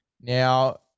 Now